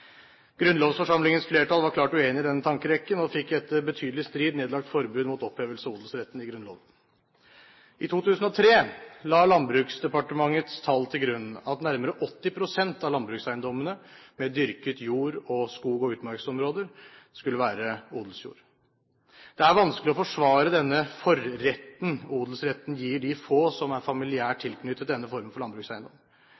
Grunnlovsforsamlingens flertall var klart uenig i den tankerekken og fikk etter betydelig strid nedlagt forbud mot opphevelse av odelsretten i Grunnloven. I 2003 la Landbruksdepartementets tall til grunn at nærmere 80 pst. av landbrukseiendommene med dyrket jord og skog og utmarksområder skulle være odelsjord. Det er vanskelig å forsvare denne forretten odelsretten gir de få som er familiært